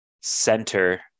center